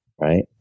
right